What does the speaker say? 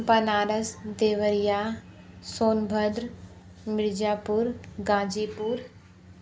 Banaras Deoria Sonbhadra Mirzapur Ghazipur